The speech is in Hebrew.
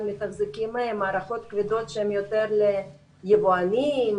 מתחזקים מערכות כבדות שהן יותר ליבואנים,